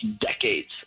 decades